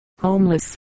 homeless